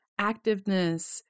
activeness